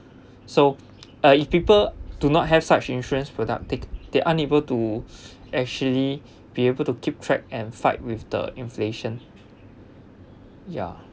so uh if people do not have such insurance productive they unable to actually be able to keep track and fight with the inflation ya